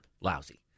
lousy